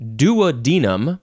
duodenum